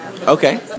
Okay